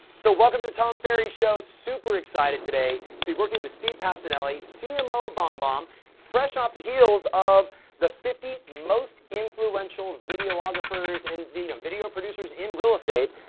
so welcome to the tom ferry show. super excited today to be working with steve pacinelli, cmo of bombbomb fresh off the heels of the fifty most influential videographers in video, you know video producers in real estate.